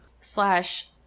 Slash